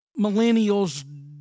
millennials